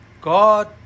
God